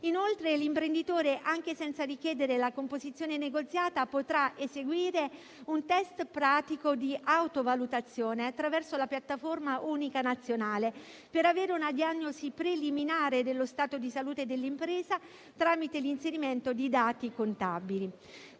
L'imprenditore inoltre, anche senza richiedere la composizione negoziata, potrà eseguire un test pratico di autovalutazione attraverso la piattaforma unica nazionale per avere una diagnosi preliminare dello stato di salute dell'impresa tramite l'inserimento di dati contabili.